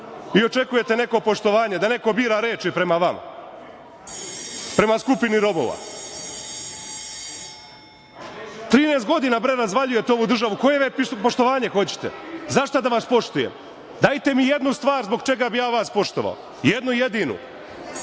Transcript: i očekujete neko poštovanje, da neko bira reči prema vama, prema skupini robova. Trinaest godina razvaljujete ovu državu, koje poštovanje hoćete? Zašta da vas poštuje? Dajte mi jednu stvar zbog čega bi ja vas poštovao, jednu jedinu.